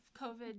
covid